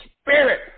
Spirit